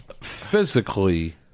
physically